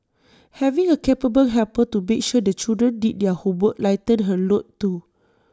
having A capable helper to make sure the children did their homework lightened her load too